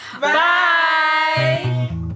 Bye